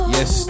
Yes